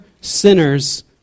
sinners